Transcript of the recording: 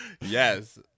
yes